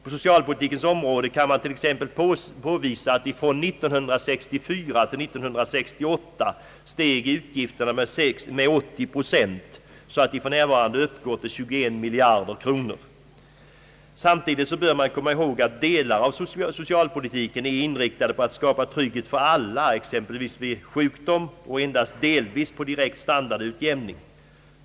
På socialpolitikens område kan man t.ex. påvisa att utgifterna från 1964 till 1968 steg med 80 procent så att de f. n. uppgår till 21 miljarder kronor. Samtidigt bör vi komma ihåg, att delar av socialpolitiken är inriktade på att skapa trygghet för alla, exempelvis vid sjukdom, och endast delvis på direkt standardutjämning.